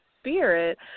spirit